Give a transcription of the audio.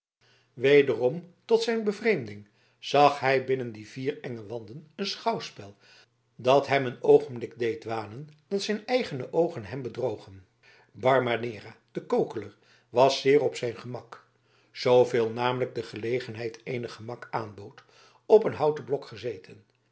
wederom tot zijn bevreemding zag hij binnen die vier enge wanden een schouwspel dat hem een oogenblik deed wanen dat zijn eigene oogen hem bedrogen barbanera de kokeler was zeer op zijn gemak zooveel namelijk de gelegenheid eenig gemak aanbood op een houten blok gezeten